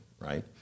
right